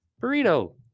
Burrito